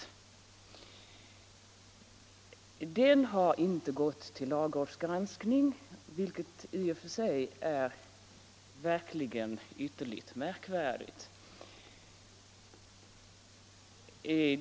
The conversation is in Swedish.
Den propositionen har inte gått till lagrådsgranskning, vilket i och för sig är ytterligt märkvärdigt.